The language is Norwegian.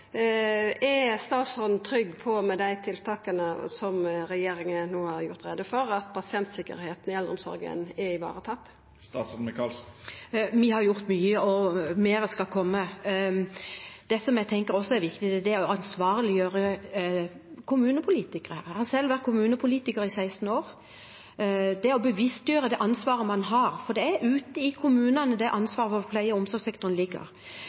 i eldreomsorga er varetatt? Vi har gjort mye, og mer skal komme. Det jeg tenker også er viktig, er å ansvarliggjøre kommunepolitikere. Jeg har selv vært kommunepolitiker i 16 år. Det er viktig å bevisstgjøres om det ansvaret man har, for det er ute i kommunene ansvaret for pleie- og omsorgssektoren ligger.